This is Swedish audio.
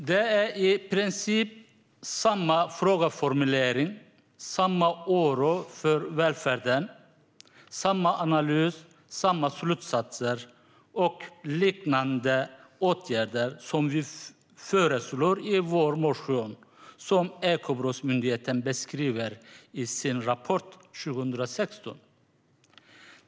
Det är i princip samma frågeformulering, samma oro för välfärden, samma analys, samma slutsatser och liknande åtgärder som vi föreslår i vår motion som Ekobrottsmyndigheten beskriver i sin rapport från 2016.